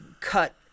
cut